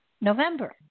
November